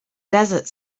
desert